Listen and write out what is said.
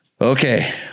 Okay